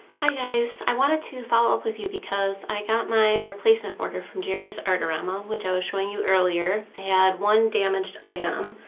hi guys, i wanted to follow up with you because i got my replacement order from jerry's artarma which i was showing you earlier. i had one damaged item.